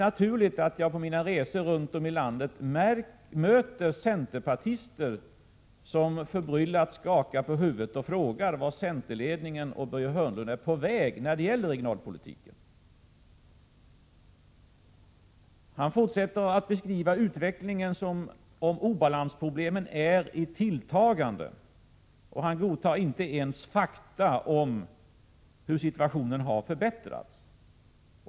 På mina resor i Sverige möter jag centerpartister som förbryllat skakar på huvudet och frågar vart centerledningen och Börje Hörnlund är på väg när det gäller regionalpolitiken. Börje Hörnlund fortsätter att beskriva utvecklingen som om obalansproblemen är i tilltagande och godtar inte ens fakta om hur situationen har förbättrats.